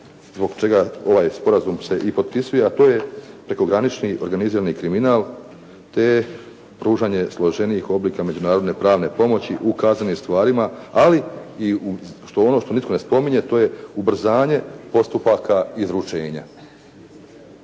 zbog čega ovaj sporazum se i potpisuje, a to je prekogranični organizirani kriminal te pružanje složenijih oblika međunarodne pravne pomoći u kaznenim stvarima, ali i ono što nitko ne spominje, to je ubrzanje postupaka izručenja.